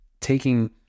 taking